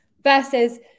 versus